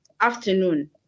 afternoon